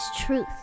Truth